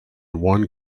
one